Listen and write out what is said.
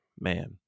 man